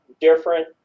different